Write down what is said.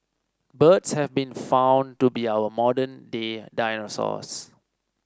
birds have been found to be our modern day dinosaurs